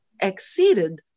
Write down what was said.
exceeded